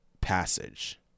passage